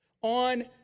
on